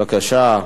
בבקשה.